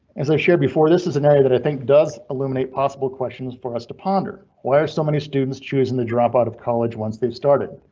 as i shared before, this is an area that i think does illuminate possible questions for us to ponder. why are so many students choosing the drop out of college once they've started?